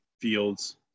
fields